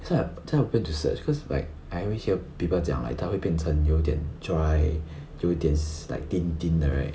so I so I went to search cause like I always hear people 讲 like 它会变成有一点 dry 有一点 like thin thin 的 right